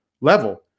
level